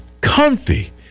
comfy